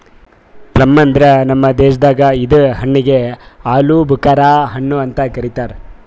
plum ಅಂದುರ್ ನಮ್ ದೇಶದಾಗ್ ಇದು ಹಣ್ಣಿಗ್ ಆಲೂಬುಕರಾ ಹಣ್ಣು ಅಂತ್ ಕರಿತಾರ್